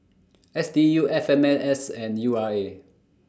S D U F M N S S and U R A